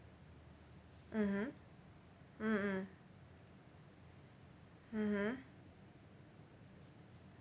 mmhmm mm mm mmhmm